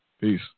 Peace